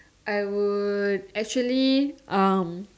I would actually um